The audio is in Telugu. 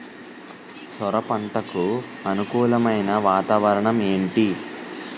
సొర పంటకు అనుకూలమైన వాతావరణం ఏంటి?